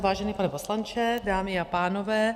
Vážený pane poslanče, dámy a pánové.